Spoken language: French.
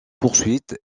poursuites